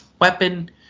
weapon